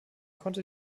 konnte